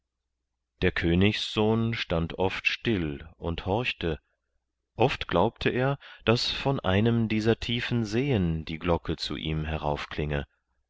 der königssohn stand oft still und horchte oft glaubte er daß von einem dieser tiefen seen die glocke zu ihm